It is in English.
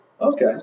Okay